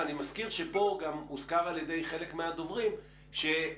ואני מזכיר שכאן הוזכר גם על ידי חלק מהדוברים שהצפיפות